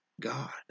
God